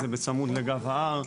זה בצמוד לגב ההר,